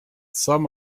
some